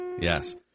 Yes